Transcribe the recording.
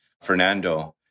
Fernando